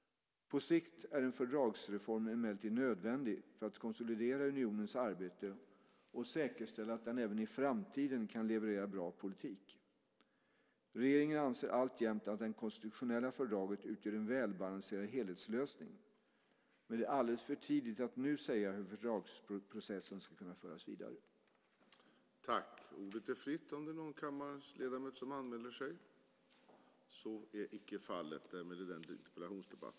På sikt är en fördragsreform emellertid nödvändig för att konsolidera unionens arbete och säkerställa att den även i framtiden kan leverera bra politik. Regeringen anser alltjämt att det konstitutionella fördraget utgör en välbalanserad helhetslösning, men det är alldeles för tidigt att nu säga hur fördragsprocessen ska kunna föras vidare.